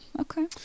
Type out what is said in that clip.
okay